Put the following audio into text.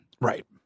Right